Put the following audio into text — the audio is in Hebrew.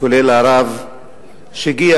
כולל הרב שהגיע,